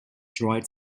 dried